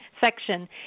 section